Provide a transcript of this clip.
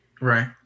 Right